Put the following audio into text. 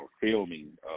filming